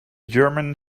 german